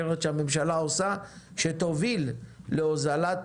או מעשים או הפחתת רגולציות או כל הקלה אחרת שהממשלה עושה שתוביל להוזלת